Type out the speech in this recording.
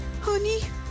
Honey